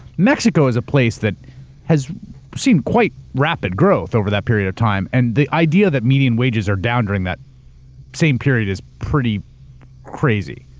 mexico is a place that has seen quite rapid growth over that period of time. and the idea that median wages are down during that same period is pretty crazy.